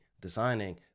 designing